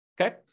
Okay